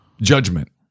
judgment